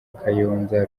kayonza